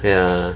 ya